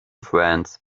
friends